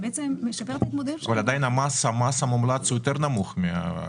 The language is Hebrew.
ועדיין המס המומלץ נמוך יותר.